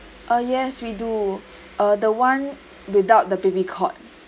ah yes we do uh the one without the baby cot